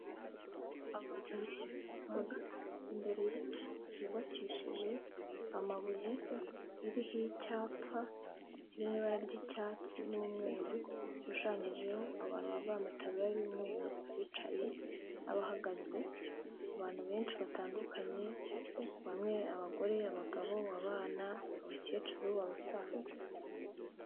Abantu benshi bahagaze imbere y'inzu yubakishije amabuye iriho icyapa kirimo ibara ry'icyatsi n'umweru, rishushanyijeho abantu bambaye amataburiya y'umweru, abicaye bahagaze abantu benshi batandukanye bamwe abagore abagabo'bana abakecuruabasaza.